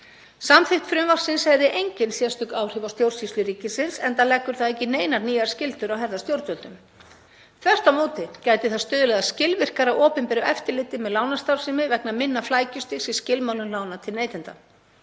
Samþykkt frumvarpsins hefði engin sérstök áhrif á stjórnsýslu ríkisins enda leggur það engar nýjar skyldur á herðar stjórnvöldum. Þvert á móti gæti það stuðlað að skilvirkara opinberu eftirliti með lánastarfsemi vegna minna flækjustigs í skilmálum lána til neytenda.